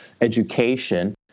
education